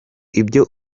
ibyo